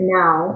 now